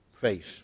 face